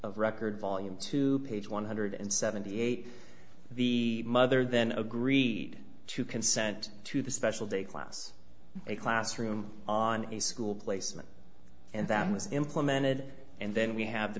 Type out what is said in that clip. of record volume two page one hundred seventy eight the mother then agreed to consent to the special day class a classroom on a school placement and them was implemented and then we have the